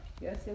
Yes